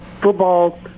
football